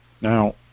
Now